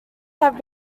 have